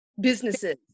businesses